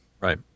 Right